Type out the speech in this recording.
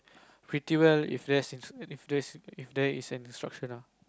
pretty very if there's if there's if there is an instruction ah